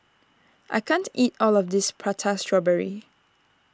I can't eat all of this Prata Strawberry